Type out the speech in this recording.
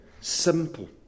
simple